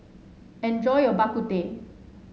enjoy your Bak Kut Teh